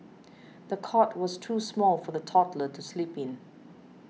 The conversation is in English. the cot was too small for the toddler to sleep in